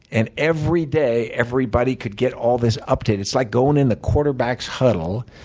and every day, everybody could get all this update. it's like going in the quarterback's huddle.